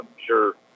sure